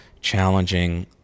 challenging